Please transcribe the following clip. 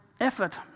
effort